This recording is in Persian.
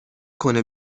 کنه